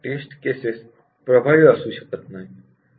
taste cases प्रभावी असू शकत नाहीत